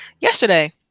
Yesterday